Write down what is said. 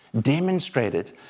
demonstrated